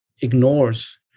ignores